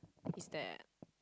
is that